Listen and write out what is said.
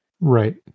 Right